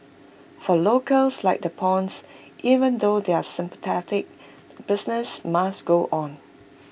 for locals like the Puns even though they're sympathetic business must go on